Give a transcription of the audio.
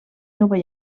nova